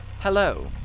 Hello